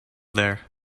there